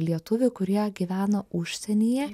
lietuvių kurie gyvena užsienyje